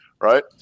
right